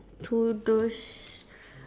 to those